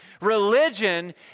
Religion